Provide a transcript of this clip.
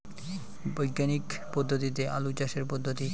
বিজ্ঞানিক পদ্ধতিতে আলু চাষের পদ্ধতি?